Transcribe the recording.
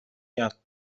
یاد